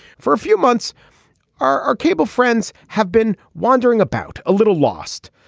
for a few months are are cable friends have been wandering about a little lost.